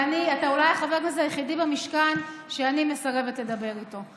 אתה אולי חבר הכנסת היחיד במשכן שאני מסרבת לדבר איתו.